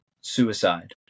suicide